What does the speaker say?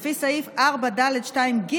לפי סעיף 4 (ד)(2)(ג)